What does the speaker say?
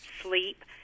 sleep